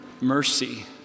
mercy